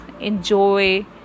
enjoy